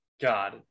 God